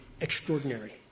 extraordinary